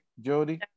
Jody